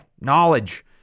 knowledge